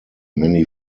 many